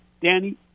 Danny